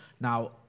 Now